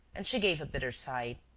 and she gave a bitter sigh.